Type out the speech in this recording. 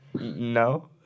No